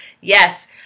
Yes